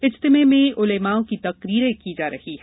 इज्तिमे में उलेमाओं की तक़रीरे की जा रही हैं